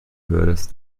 würdest